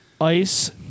Ice